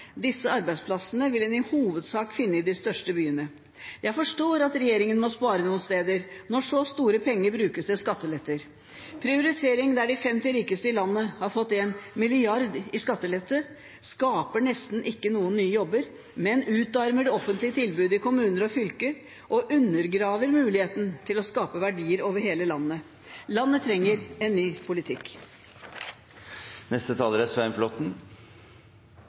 Disse arbeidsplassene vil en i hovedsak finne i de største byene. Jeg forstår at regjeringen må spare noen steder når så store penger brukes til skatteletter. Prioriteringen der de 50 rikeste i landet har fått 1 mrd. kr i skattelette, skaper nesten ikke noen nye jobber, men utarmer det offentlige tilbudet i kommuner og fylker og undergraver muligheten til å skape verdier over hele landet. Landet trenger en ny politikk.